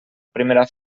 primera